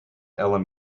elim